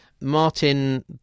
Martin